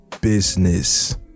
business